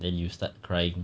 then you start crying